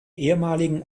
ehemaligen